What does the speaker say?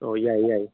ꯑꯣ ꯌꯥꯏꯌꯦ ꯌꯥꯏꯌꯦ